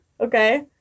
Okay